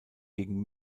gegen